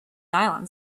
nylon